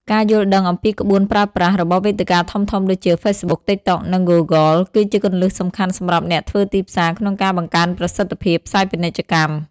ការយល់ដឹងអំពីក្បួនប្រើប្រាស់ របស់វេទិកាធំៗដូចជា Facebook, TikTok និង Google គឺជាគន្លឹះសំខាន់សម្រាប់អ្នកធ្វើទីផ្សារក្នុងការបង្កើនប្រសិទ្ធភាពផ្សាយពាណិជ្ជកម្ម។